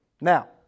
Now